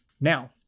Now